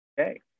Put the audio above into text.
Okay